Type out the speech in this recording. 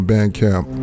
Bandcamp